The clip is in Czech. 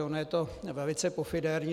Ono je to velice pofidérní.